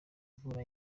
mvura